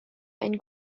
and